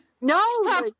No